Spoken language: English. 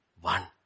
One